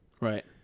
Right